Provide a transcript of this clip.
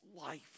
life